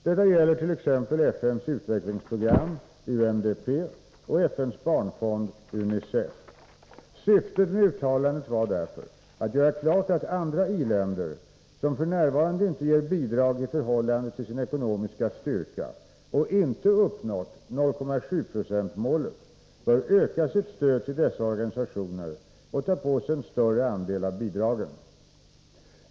Detta gäller t.ex. FN:s utvecklingsprogram UNDP och FN:s barnfond UNICEF. Syftet med uttalandet var därför att göra klart att andra i-länder, som f. n. inte ger bidrag i förhållande till sin ekonomiska styrka och inte uppnått 0,7-procentsmålet, bör öka sitt stöd till dessa organisationer och ta på sig en större andel av bidragen.